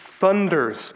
thunders